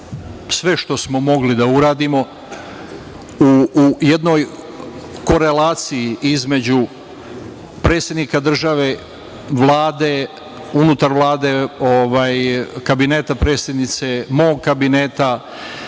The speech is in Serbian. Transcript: Sve što smo mogli da uradimo u jednoj korelaciji između predsednika države, Vlade, unutar Vlade, Kabineta predsednice, mog Kabineta,